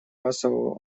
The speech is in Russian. массового